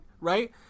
Right